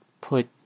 put